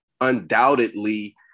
undoubtedly –